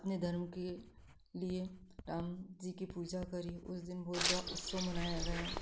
अपने धर्म के लिए राम जी की पूजा करी उस दिन बहुत बड़ा उत्सव मनाया गया